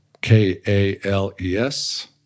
K-A-L-E-S